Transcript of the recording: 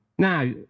Now